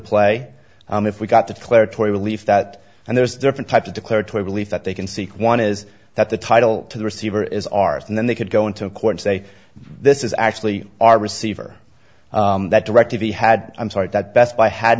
play if we got to claire twenty belief that and there's different types of declaratory relief that they can seek one is that the title to the receiver is ours and then they could go into court and say this is actually our receiver that directv had i'm sorry that best buy had